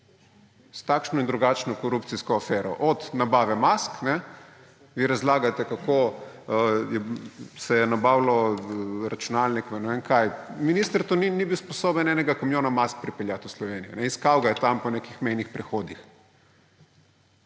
s takšno in drugačno korupcijsko afero, od nabave mask − vi razlagate, kako se je nabavljajo računalnike in ne vem kaj − minister ni bil sposoben enega kamiona mask pripeljati v Slovenijo, iskal ga je tam po nekih mejnih prehodih.